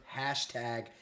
Hashtag